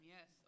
Yes